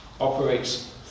operates